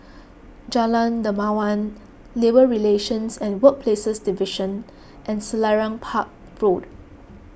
Jalan Dermawan Labour Relations and Workplaces Division and Selarang Park Road